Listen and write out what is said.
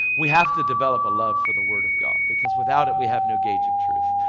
we have to develop a love for the word of god. because without it we have no gauge of truth.